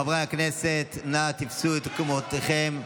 חברי הכנסת, נא תפסו את מקומותיכם.